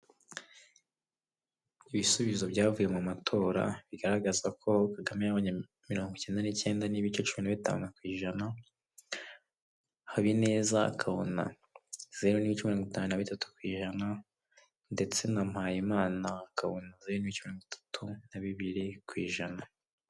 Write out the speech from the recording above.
Ibisubizo byavuye mu matora bigaragaza ko Kagame yabonye mirongo icyenda n'icyenda n'ibice cumi na bitanu ku ijana, Habineza akabona zero n'ibice mirongo itanu na bitatu ku ijana, ndetse na Mpayimana akabona mirongo itatu na bibiri ku ijana.